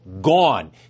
gone